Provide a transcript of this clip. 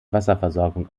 wasserversorgung